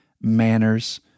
manners